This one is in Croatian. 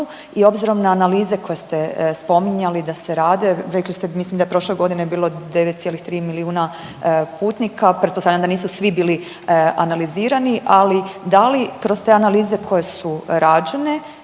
i obzirom na analize koje ste spominjali da se rade, rekli ste mislim da je prošle godine bilo 9,3 milijuna putnika, pretpostavljam da nisu svi bili analizirani, ali da li kroz te analize koje su rađene